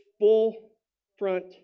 full-front